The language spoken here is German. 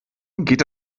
geht